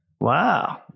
Wow